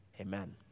amen